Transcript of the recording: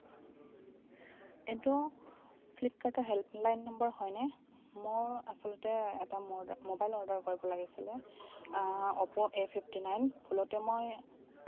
এইটো ফ্লিপকাৰ্টৰ helpline number হয়নে মোৰ আচলতে এটা মোবাইল অৰ্ডাৰ কৰিব লাগিছিলে অপ' এ ফিফ্টি নাইন ভুলতে মই